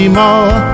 more